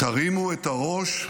"תרימו את הראש.